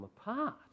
apart